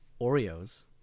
Oreos